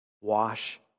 wash